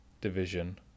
division